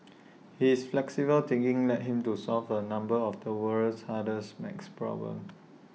his flexible thinking led him to solve A number of the world's hardest math problems